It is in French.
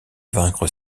vaincre